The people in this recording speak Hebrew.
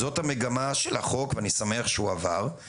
זאת המגמה של הצעת החוק ואני שמח שהיא עברה.